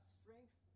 strength